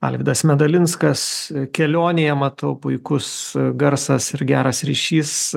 alvydas medalinskas kelionėje matau puikus garsas ir geras ryšys